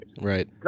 right